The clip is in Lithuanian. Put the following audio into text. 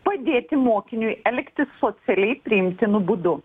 padėti mokiniui elgtis socialiai priimtinu būdu